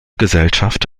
gesellschaft